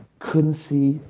couldn't see,